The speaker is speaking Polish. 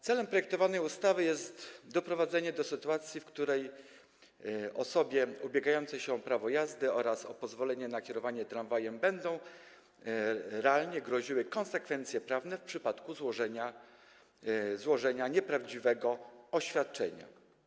Celem projektowanej ustawy jest doprowadzenie do sytuacji, w której osobie ubiegającej się o prawo jazdy oraz o pozwolenie na kierowanie tramwajem będą realnie groziły konsekwencje prawne w przypadku złożenia nieprawdziwego oświadczenia.